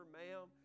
ma'am